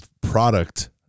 product